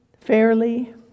fairly